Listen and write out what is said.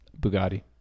Bugatti